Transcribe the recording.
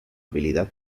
habilidad